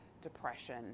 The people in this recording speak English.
depression